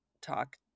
talk